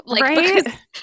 Right